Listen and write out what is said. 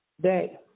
day